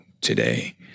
today